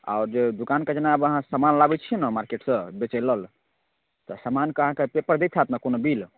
आओर जे दोकानके जेना आब अहाँ समान लाबै छिए ने मार्केटसँ बेचै लेल तऽ समानके अहाँके पेपर दैत हैत ने कोनो बिल